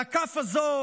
על הכף הזו,